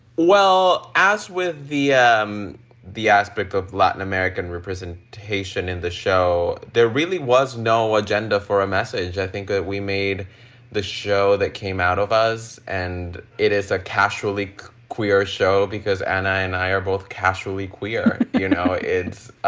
well, as with the um the aspect of latin american representation in the show, there really was no agenda for a message. i think that we made the show that came out of us, and it is a castro like queer show because anna and i are both casual, we queer. you know, it's